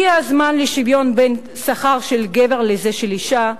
הגיע הזמן לשוויון בין שכר של גבר לזה של אשה,